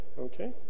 Okay